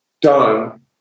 done